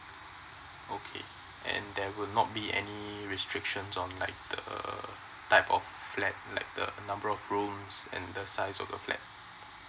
okay and there will not be any restrictions on like the type of flat like the number of room and the size of the flat